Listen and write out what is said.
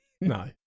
No